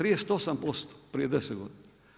38% prije 10 godina.